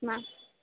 ma'am